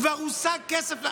כבר הושג כסף.